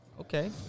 Okay